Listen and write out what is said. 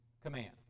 command